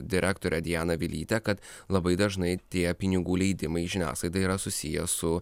direktorė diana vilytė kad labai dažnai tie pinigų leidimai žiniasklaidai yra susiję su